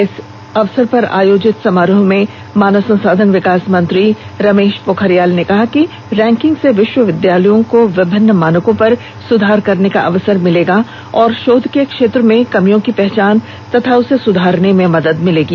इस अवसर पर आयोजित समारोह में मानव संसाधन विकास मंत्री रमेश पोखरियाल ने कहा कि इस रैंकिंग से विश्व विद्यालयों को विभिन्न मानकों पर सुधार करने का अवसर मिलेगा और शोध के क्षेत्र में कमियों की पहचान और उसे सुधारने में मदद मिलेगी